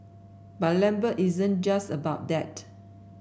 but Lambert isn't just about that